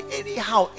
anyhow